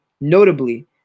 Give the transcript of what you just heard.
notably